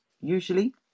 usually